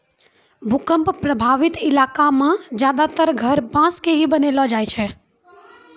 भूकंप प्रभावित इलाका मॅ ज्यादातर घर बांस के ही बनैलो जाय छै